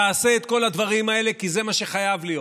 תעשה את כל הדברים האלה, כי זה מה שחייב להיות.